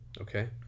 Okay